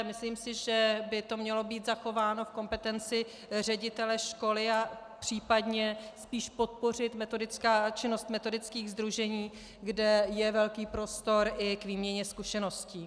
Myslím si, že by to mělo být zachováno v kompetenci ředitele školy, a případně spíš podpořit činnost metodických sdružení, kde je velký prostor i k výměně zkušeností.